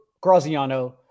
Graziano